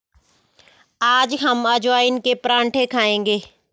आज हम अजवाइन के पराठे खाएंगे